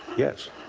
yes.